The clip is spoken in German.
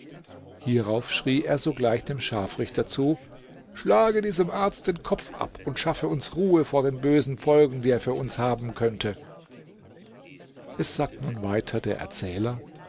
hierauf schrie er sogleich dem scharfrichter zu schlage diesem arzt den kopf ab und schaffe uns ruhe vor den bösen folgen die er für uns haben könnte es sagt nun weiter der erzähler